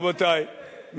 רבותי,